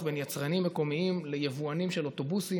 בין יצרנים מקומיים ליבואנים של אוטובוסים,